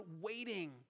waiting